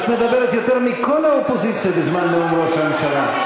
את מדברת יותר מכל האופוזיציה בזמן נאום ראש הממשלה.